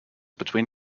between